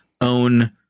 own